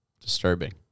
Disturbing